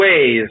ways